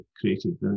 created